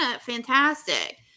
fantastic